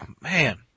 Man